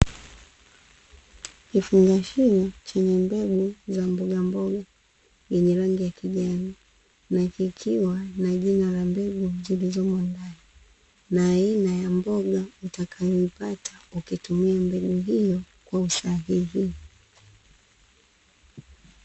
Kifungashio chenye mbegu za mbogamboga yenye rangi ya kijani, na kikiwa na jina la mbegu zilizomo ndani, na aina ya mboga utakayoipata ukitumia mbegu hiyo kwa usahihi.